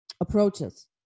approaches